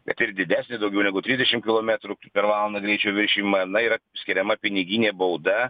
kad ir didesnį daugiau negu trisdešim kilometrų per valandą greičio viršijimą na yra skiriama piniginė bauda